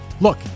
Look